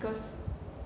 because